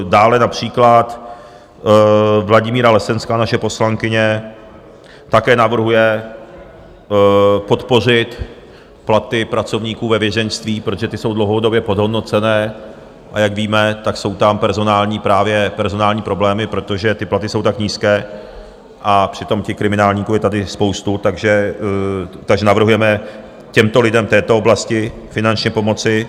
Dále například Vladimíra Lesenská, naše poslankyně, také navrhuje podpořit platy pracovníků ve vězeňství, protože ty jsou dlouhodobě podhodnocené, a jak víme, tak jsou tam personální problémy, protože ty platy jsou tak nízké, a přitom těch kriminálníků je tady spousta, takže navrhujeme těmto lidem v této oblasti finančně pomoci.